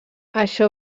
això